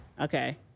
okay